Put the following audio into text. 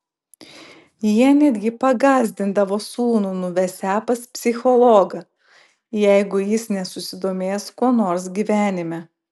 jie netgi pagąsdindavo sūnų nuvesią pas psichologą jeigu jis nesusidomės kuo nors gyvenime